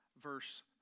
verse